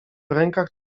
rękach